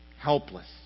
helpless